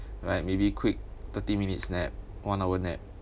like maybe quick thirty minutes nap one hour nap